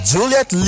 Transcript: Juliet